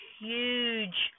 huge